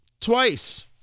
twice